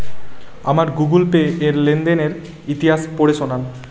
আমার Google Pay এর লেনদেনের ইতিহাস পড়ে শোনান